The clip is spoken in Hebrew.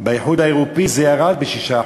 באיחוד האירופי, זה ירד ב-6%.